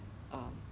!wow!